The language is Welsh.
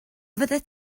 fyddet